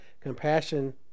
compassion